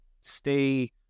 stay